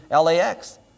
LAX